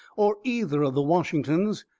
or either of the washingtons,